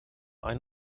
ein